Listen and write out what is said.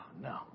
no